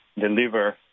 deliver